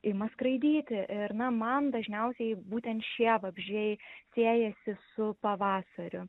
ima skraidyti ir na man dažniausiai būtent šie vabzdžiai siejasi su pavasariu